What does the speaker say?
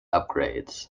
upgrades